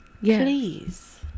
please